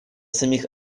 самих